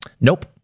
Nope